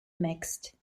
mixed